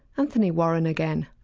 anthony warren again.